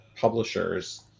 publishers